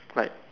like